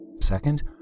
Second